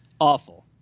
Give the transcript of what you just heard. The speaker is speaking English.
awful